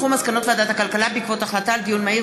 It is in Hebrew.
מסקנות ועדת הכלכלה בעקבות דיון מהיר